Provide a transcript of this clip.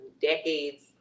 decades